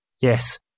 Yes